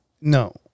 no